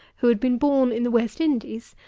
who had been born in the west indies,